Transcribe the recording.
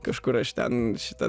kažkur aš ten šitą